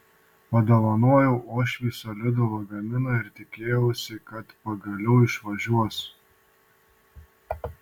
padovanojau uošvei solidų lagaminą ir tikėjausi kad pagaliau išvažiuos